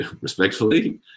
respectfully